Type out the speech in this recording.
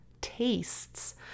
tastes